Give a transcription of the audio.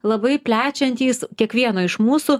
labai plečiantys kiekvieno iš mūsų